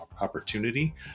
Opportunity